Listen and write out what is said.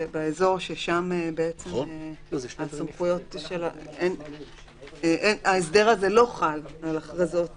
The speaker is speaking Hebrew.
באזור ששם בעצם ההסדר הזה לא חל על הכרזות